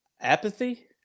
apathy